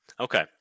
Okay